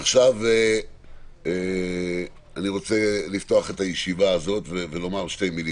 עכשיו אני רוצה לפתוח את הישיבה הזאת ולומר שתי מילים.